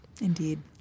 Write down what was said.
Indeed